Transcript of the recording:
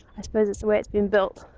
i suppose its the way its been built.